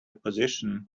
position